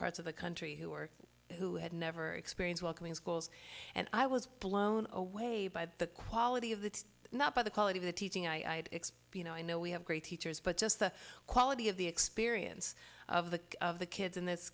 parts of the country who were who had never experience welcome in schools and i was blown away by the quality of the not by the quality of the teaching i mean i know we have great teachers but just the quality of the experience of the of the kids in this